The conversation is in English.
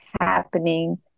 happening